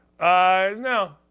No